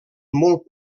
molt